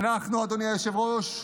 אדוני היושב-ראש,